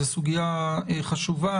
זו סוגיה חשובה,